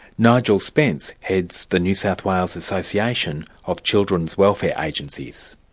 nigel spence heads the new south wales association of children's welfare agencies.